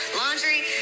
laundry